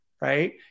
right